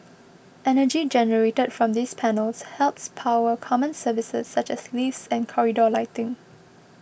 energy generated from these panels helps power common services such as lifts and corridor lighting